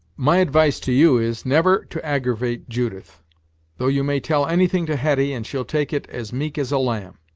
my advice to you is, never to aggravate judith though you may tell anything to hetty, and she'll take it as meek as a lamb.